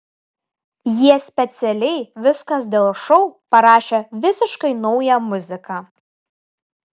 jie specialiai viskas dėl šou parašė visiškai naują muziką